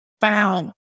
found